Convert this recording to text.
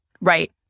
Right